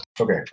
Okay